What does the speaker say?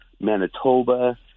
Manitoba